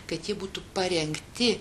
kad jie būtų parengti